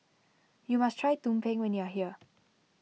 you must try Tumpeng when you are here